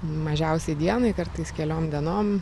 mažiausiai dienai kartais keliom dienom